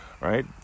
right